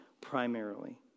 primarily